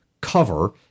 cover